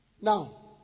Now